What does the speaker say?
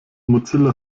mozilla